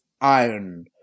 iron